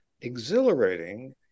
exhilarating